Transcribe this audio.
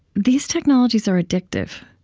these technologies are addictive.